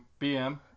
bm